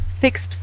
fixed